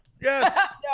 Yes